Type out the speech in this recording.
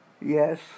Yes